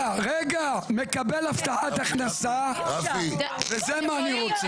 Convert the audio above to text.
מקבל הבטחת הכנסה וזה מה אני רוצה.